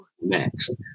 next